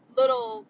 little